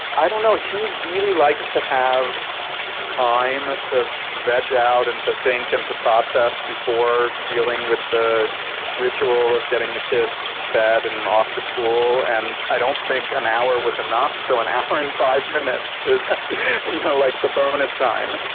i don't know. she really likes to have time to veg out and to think and to process before dealing with the ritual of getting the kids fed and off to school. i don't think an hour was enough, so an hour and five minutes is you know like the bonus time.